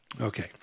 okay